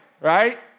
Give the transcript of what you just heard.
right